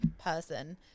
person